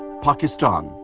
pakistan.